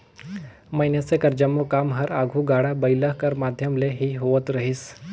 मइनसे कर जम्मो काम हर आघु गाड़ा बइला कर माध्यम ले ही होवत रहिस